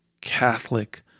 Catholic